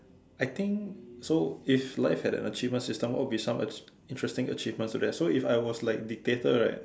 I think so if life had an achievement system what would be some in~ interesting achievement to that so if I was like dictator right